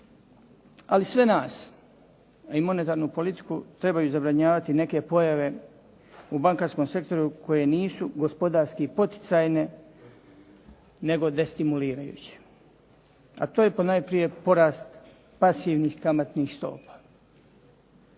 Ali sve nas a i monetarnu politiku trebaju zabrinjavati neke pojave u bankarskom sektoru koje nisu gospodarski poticajne nego destimulirajuće. A to je po najprije porast pasivnih kamatnih stopa.